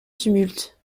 tumulte